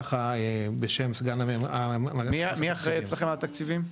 ככה בשם סגן הממונה --- מי אחראי אצלכם על התקציבים?